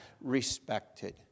respected